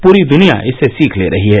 पूरी दुनिया इससे सीख ले रही है